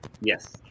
Yes